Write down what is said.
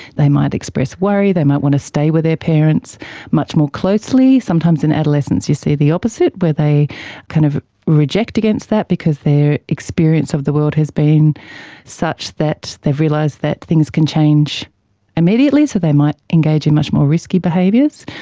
they might express worry, they might want to stay with their parents much more closely. sometimes in adolescence you see the opposite where they kind of reject against that because their experience of the world has been such that they've realised that things can change immediately, so they might engage in much more risky behaviours.